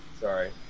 Sorry